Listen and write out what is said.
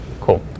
Cool